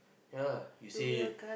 ya lah you say